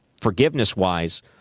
forgiveness-wise